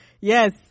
yes